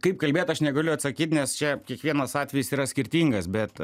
kaip kalbėt aš negaliu atsakyti nes čia kiekvienas atvejis yra skirtingas bet